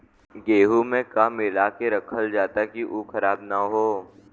गेहूँ में का मिलाके रखल जाता कि उ खराब न हो?